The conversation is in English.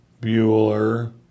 Bueller